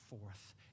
forth